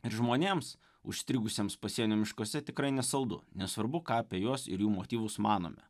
ir žmonėms užstrigusiems pasienio miškuose tikrai nesaldu nesvarbu ką apie juos ir jų motyvus manome